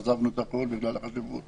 עזבנו הכול בגלל החשיבות